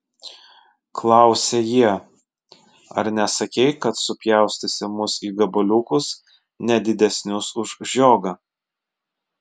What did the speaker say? klausė jie ar nesakei kad supjaustysi mus į gabaliukus ne didesnius už žiogą